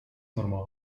normal